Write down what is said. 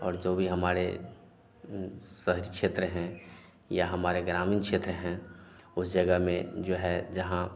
और जो भी हमारे शहरी क्षेत्र हैं या हमारे ग्रामीण क्षेत्र हैं उस जगह में जो है जहाँ